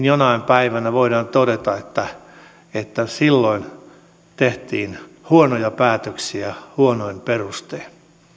jonain päivänä voidaan todeta että silloin tehtiin huonoja päätöksiä huonoin perustein